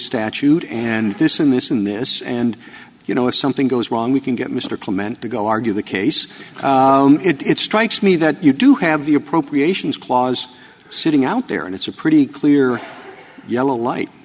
statute and this in this in this and you know if something goes wrong we can get mr clement to go argue the case it strikes me that you do have the appropriations clause sitting out there and it's a pretty clear yellow light